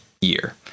year